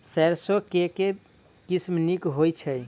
सैरसो केँ के किसिम नीक होइ छै?